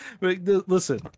Listen